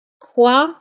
quoi